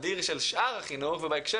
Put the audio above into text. ובהקשר הזה אני חושב